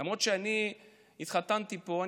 למרות שאני התחתנתי פה.